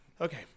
Okay